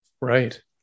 Right